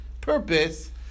purpose